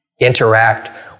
interact